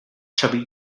chubby